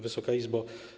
Wysoka Izbo!